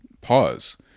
Pause